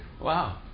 Wow